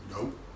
Nope